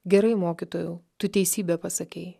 gerai mokytojau tu teisybę pasakei